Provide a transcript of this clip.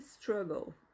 struggle